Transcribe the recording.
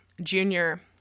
junior